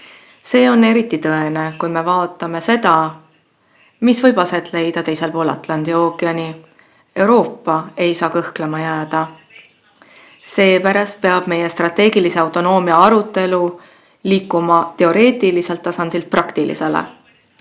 See on eriti tõene, kui me vaatame seda, mis võib aset leida teisel pool Atlandi ookeani. Euroopa ei saa kõikuda. Seepärast peab meie strateegilise autonoomia arutelu liikuma teoreetiliselt tasandilt praktilisele.